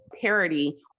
parity